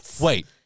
wait